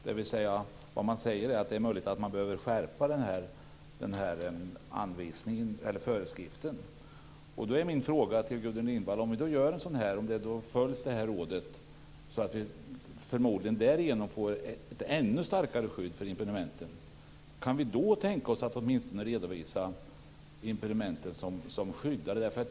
Vad man säger är alltså att det är möjligt att den här föreskriften behöver skärpas. Om det rådet följs och vi därigenom förmodligen får ett ännu starkare skydd för impedimenten, kan vi då, Gudrun Lindvall, tänka oss att åtminstone redovisa impedimenten som skyddade?